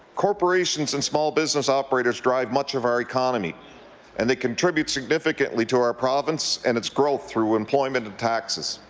corporations and small business operators drive much of our economy and they contribute significantly to our province and its growth through employment and taxes.